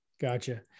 gotcha